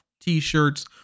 t-shirts